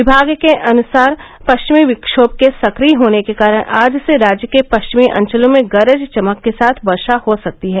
विभाग के अनुसार पश्चिमी विक्षोम के सक्रिय होने के कारण आज से राज्य के पश्चिमी अंचलों में गरज चमक के साथ वर्षा हो सकती है